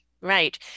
right